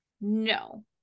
no